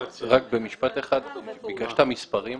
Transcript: ביקשת מספרים.